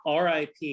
RIP